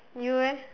you eh